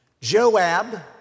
Joab